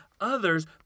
others